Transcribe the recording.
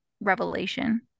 revelation